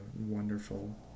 wonderful